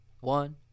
One